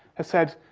has said,